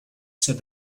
said